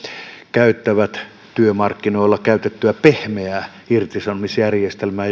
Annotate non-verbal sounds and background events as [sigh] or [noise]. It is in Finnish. käyttävät työmarkkinoilla käytettyä pehmeää irtisanomisjärjestelmää [unintelligible]